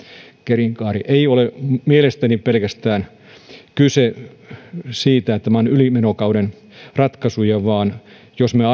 elinkaari ei ole mielestäni kyse pelkästään siitä että nämä ovat ylimenokauden ratkaisuja vaan jos me